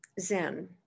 Zen